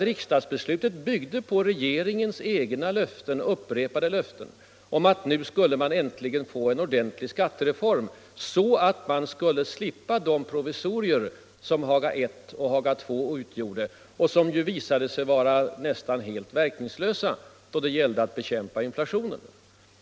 Riksdagsbeslutet byggde på regeringens upprepade löften om att nu skulle det äntligen bli en ordentlig skattereform så att vi skulle slippa de provisorier som Haga I och Haga II utgjorde och som visade sig vara nästan helt verkningslösa då det gällde att bekämpa inflationen.